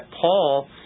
Paul